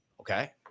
okay